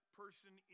person